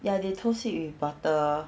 ya they toast it with butter